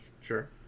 Sure